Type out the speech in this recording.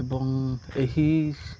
ଏବଂ ଏହି